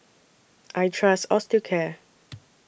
I Trust Osteocare